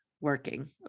working